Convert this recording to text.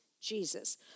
Jesus